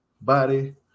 Body